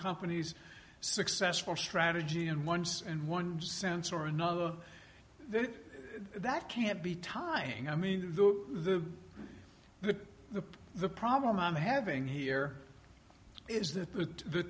company's successful strategy and ones and one sense or another that can't be timing i mean the the the the problem i'm having here is that the